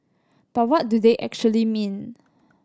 but what do they actually mean